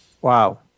Wow